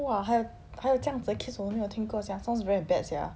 !wah! 还有还有这样子的 case 我都没有听过 sia sounds very bad sia